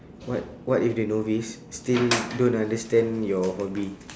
what what if the novice still don't understand your hobby